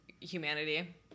humanity